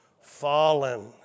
Fallen